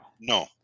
No